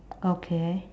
okay